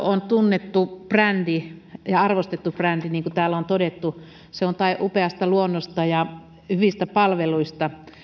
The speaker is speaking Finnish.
on tunnettu ja arvostettu brändi niin kuin täällä on todettu se on tae upeasta luonnosta ja hyvistä palveluista